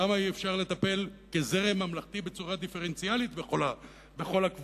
למה אי-אפשר לטפל כזרם ממלכתי בצורה דיפרנציאלית בכל הקבוצות,